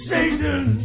Satan